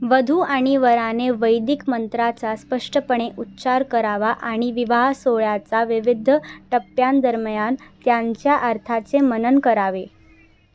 वधू आणि वराने वैदिक मंत्राचा स्पष्टपणे उच्चार करावा आणि विवाहसोहळ्याचा विविध टप्प्यांदरम्यान त्यांच्या अर्थाचे मनन करावे